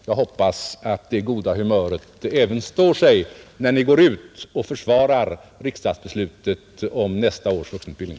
Jag hoppas att det goda humöret står sig när ni går ut och försvarar riksdagsbeslutet om nästa års vuxenutbildning.